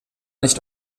nicht